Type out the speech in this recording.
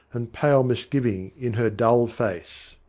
and pale misgiving in her dull face.